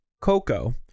Coco